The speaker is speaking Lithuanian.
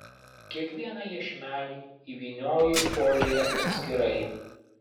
kiekvieną iešmelį įvynioju į foliją atskirai